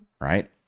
right